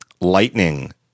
lightning